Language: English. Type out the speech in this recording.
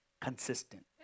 consistent